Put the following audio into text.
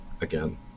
again